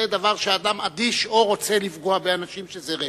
זה אדם אדיש או רוצה לפגוע באנשים, שזה רצח,